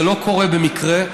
זה לא קורה במקרה,